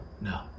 no